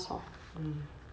mmhmm